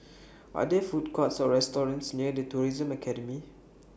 Are There Food Courts Or restaurants near The Tourism Academy